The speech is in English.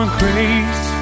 grace